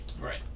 Right